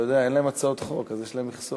אתה יודע, אין להם הצעות חוק, אז יש להם מכסות.